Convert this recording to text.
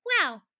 wow